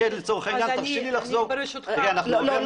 ברשותך --- לא,